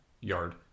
yard